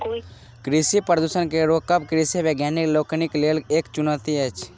कृषि प्रदूषण के रोकब कृषि वैज्ञानिक लोकनिक लेल एक चुनौती अछि